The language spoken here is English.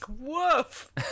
Woof